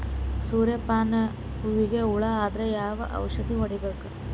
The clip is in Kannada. ಸೂರ್ಯ ಪಾನ ಹೂವಿಗೆ ಹುಳ ಆದ್ರ ಯಾವ ಔಷದ ಹೊಡಿಬೇಕು?